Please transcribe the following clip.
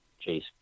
chase